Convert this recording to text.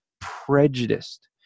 prejudiced